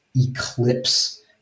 eclipse